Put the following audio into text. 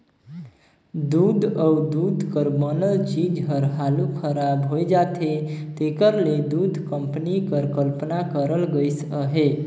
दूद अउ दूद कर बनल चीज हर हालु खराब होए जाथे तेकर ले दूध कंपनी कर कल्पना करल गइस अहे